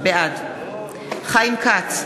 בעד חיים כץ,